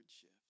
shift